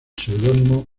seudónimo